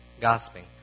Gossiping